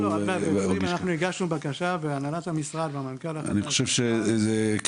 אנחנו הגשנו בקשה והנהלת המשרד והמנכ"ל החדש מטפלים בזה.